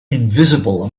invisible